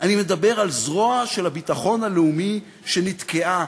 אני מדבר על זרוע של הביטחון הלאומי שנתקעה.